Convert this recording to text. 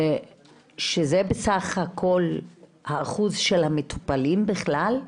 שזה סך כל האחוז של המטופלים בכלל?